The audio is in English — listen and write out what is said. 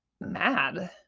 mad